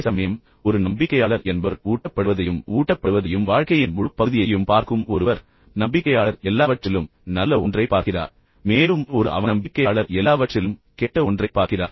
அதேசமயம் ஒரு நம்பிக்கையாளர் என்பவர் ஊட்டப்படுவதையும் ஊட்டப்படுவதையும் வாழ்க்கையின் முழு பகுதியையும் பார்க்கும் ஒருவர் நம்பிக்கையாளர் எல்லாவற்றிலும் நல்ல ஒன்றைப் பார்க்கிறார் மேலும் ஒரு அவநம்பிக்கையாளர் எல்லாவற்றிலும் கெட்ட ஒன்றைப் பார்க்கிறார்